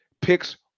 picks